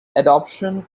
adoption